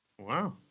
Wow